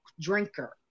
drinker